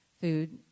food